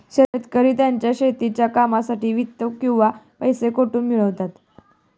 शेतकरी त्यांच्या शेतीच्या कामांसाठी वित्त किंवा पैसा कुठून मिळवतात?